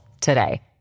today